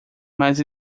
mas